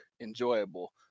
enjoyable